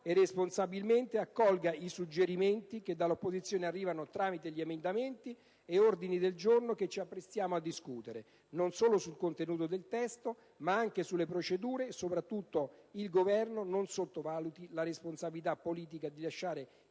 e responsabilmente accolga i suggerimenti che dall'opposizione arrivano tramite gli emendamenti e gli ordini del giorno che ci apprestiamo a discutere, non solo sul contenuto del testo ma anche sulle procedure. Soprattutto, il Governo non sottovaluti la responsabilità politica di lasciare